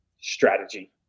strategy